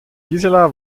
gisela